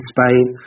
Spain